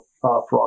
fraud